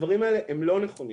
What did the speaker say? הדברים האלה הם לא נכונים.